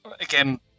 Again